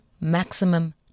maximum